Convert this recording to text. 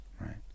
Right